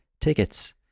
tickets